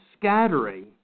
scattering